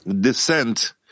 descent